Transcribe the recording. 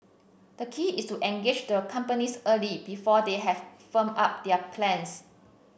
the key is to engage the companies early before they have firmed up their plans